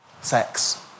sex